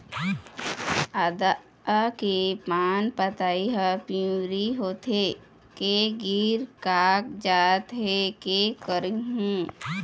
आदा के पान पतई हर पिवरी होथे के गिर कागजात हे, कै करहूं?